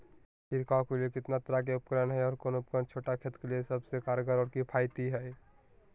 छिड़काव के लिए कितना तरह के उपकरण है और कौन उपकरण छोटा खेत के लिए सबसे कारगर और किफायती है?